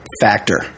factor